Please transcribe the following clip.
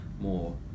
more